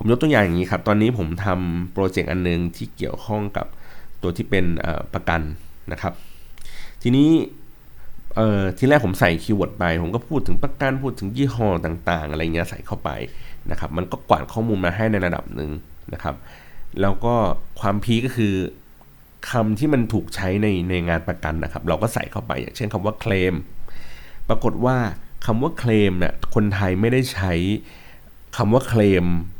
ผมยกตัวอย่างอย่างนี้ครับ ตอนนี้ผมทำโปรเจกต์อันนึงที่เกี่ยวข้องกับตัวที่เป็น เอ่อ ประกันนะครับ ทีนี้ เอ่อ ทีแรกผมใส่คีย์เวิร์ดไป ผมก็พูดถึงประกัน พูดถึงยี่ห้อต่างๆ อะไรเงี้ย ใส่เข้าไปนะครับ มันก็กวาดข้อมูลมาให้ในระดับหนึ่งนะครับ แล้วก็ความพีคก็คือ คำที่มันถูกใช้ใน- ในงานประกันนะครับ เราก็ใส่เข้าไป อย่างเช่นคำว่าเคลม ปรากฏว่าคำว่าเคลมเนี่ย คนไทยไม่ได้ใช้คำว่าเคลม